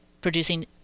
producing